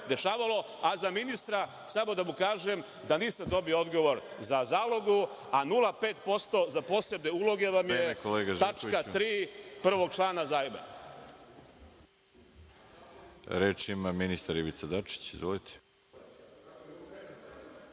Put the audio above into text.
a za ministra, samo da mu kažem da nisam dobio odgovor za zalogu, a 0,5% za posebne uloge vam je tačka tri prvog člana zajma.